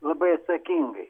labai atsakingai